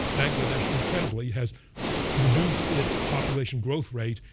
bangladesh incredibly has reduced its population growth rate.